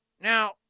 Now